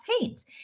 paint